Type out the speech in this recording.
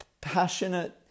passionate